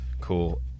Cool